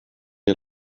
had